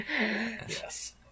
Yes